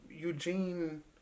Eugene